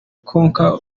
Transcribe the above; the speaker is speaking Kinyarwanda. konka